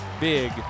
Big